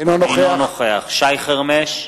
אינו נוכח שי חרמש,